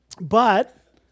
but